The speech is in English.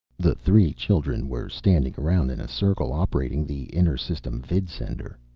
the three children were standing around in a circle, operating the inter-system vidsender.